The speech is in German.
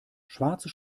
schwarze